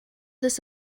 this